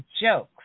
jokes